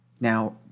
Now